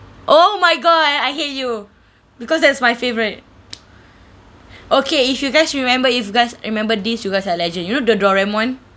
oh my god I I hate you because that's my favourite okay if you guys you remember if you guys remember these you guys are legend you know the doraemon